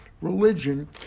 religion